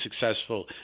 successful